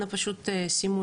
שאלה.